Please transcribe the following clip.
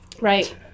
Right